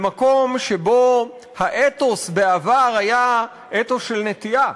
במקום שבו האתוס בעבר היה אתוס של נטיעה.